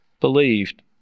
believed